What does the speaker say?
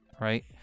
right